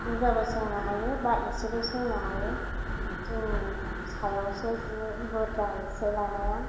बुरजाबो सोंनो हायो बा एसेबो सोंनो हायो जोंनि सायावसो जि बुरजा एसे लानाया